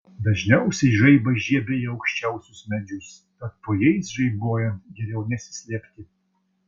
dažniausiai žaibas žiebia į aukščiausius medžius tad po jais žaibuojant geriau nesislėpti